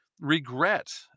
regret